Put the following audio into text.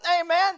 amen